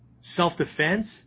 Self-defense